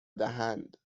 دهند